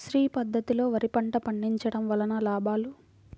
శ్రీ పద్ధతిలో వరి పంట పండించడం వలన లాభాలు?